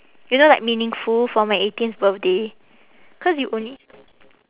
you know like meaningful for my eighteenth birthday cause you only